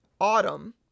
Autumn